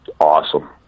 awesome